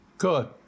Good